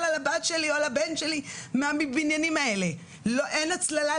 על הבת או הבן שלי מהבניינים האלה ואין הצללה,